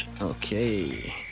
Okay